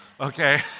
Okay